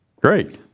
Great